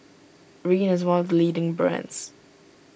Rene is one of leading brands